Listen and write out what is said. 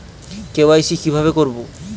KYC কিভাবে করব?